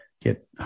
get